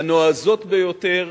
הנועזות ביותר,